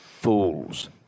fools